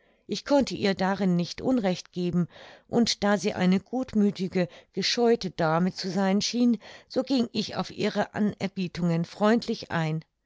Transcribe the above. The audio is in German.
ich konnte ihr darin nicht unrecht geben und da sie eine gutmüthige gescheute dame zu sein schien so ging ich auf ihre anerbietungen freundlich ein